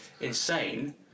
insane